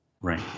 Right